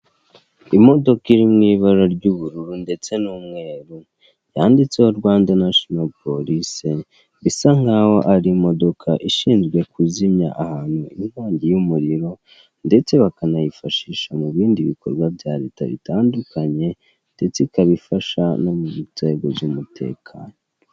Imodoka iri mu ibara ry'ubururu ndetse n'umweru yanditseho Rwanda National Police, bisa nkaho ari imodoka ishinzwe kuzimya ahantu inkongi y'umuriro ndetse bakanayifashisha mu bindi bikorwa bya Leta bitandukanye ndetse ikaba ifasha no mu nzego z'umutekano.